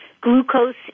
glucose